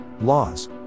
laws